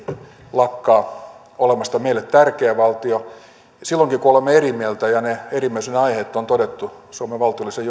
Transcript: lakkaa olemasta meille tärkeä valtio silloinkin kun olemme eri mieltä ja ne erimielisyyden aiheet on todettu suomen valtiollisen